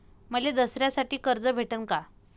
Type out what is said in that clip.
मले दसऱ्यासाठी कर्ज भेटन का?